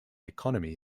economy